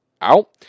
out